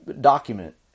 document